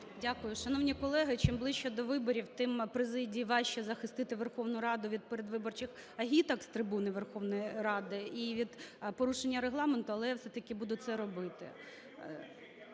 Дякую. Шановні колеги, чим ближче до виборів, тим президії важче захистити Верховну Раду від передвиборчих агіток з трибуни Верховної Ради і від порушення Регламенту, але я все-таки буду це робити.